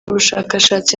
ubushakashatsi